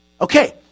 Okay